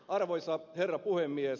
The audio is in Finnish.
arvoisa herra puhemies